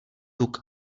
tuk